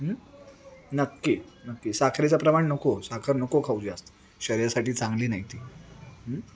नक्की नक्की साखरेचं प्रमाण नको साखर नको खाऊ जास्त शरीरासाठी चांगली नाही ती